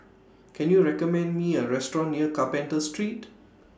Can YOU recommend Me A Restaurant near Carpenter Street